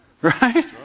Right